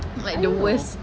like the worst